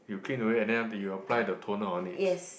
you clean away and then after that you apply the toner on it